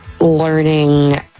learning